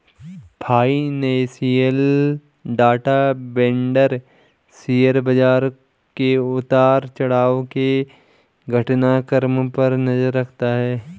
financial data vendor share बाजार के उतार चढ़ाव के घटनाक्रम पर नजर रखता है